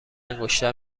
انگشتر